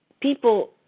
people